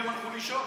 זה בושה.